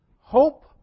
hope